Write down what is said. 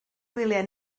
gwyliau